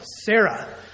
Sarah